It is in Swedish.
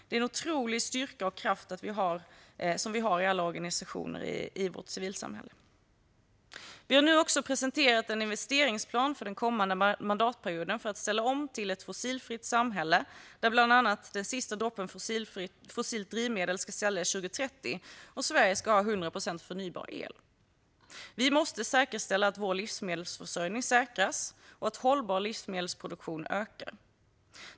Det är en otrolig styrka och kraft vi har i alla organisationer i vårt civilsamhälle. Vi har nu också för den kommande mandatperioden presenterat en investeringsplan för att ställa om till ett fossilfritt samhälle. Bland annat ska den sista droppen fossilt drivmedel säljas 2030, och Sverige ska ha 100 procent förnybar el. Vi måste säkerställa vår livsmedelsförsörjning och en ökning av den hållbara livsmedelsproduktionen.